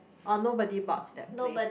oh nobody bought that place